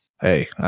hey